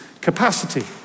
capacity